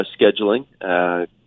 scheduling